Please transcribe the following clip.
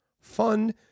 fun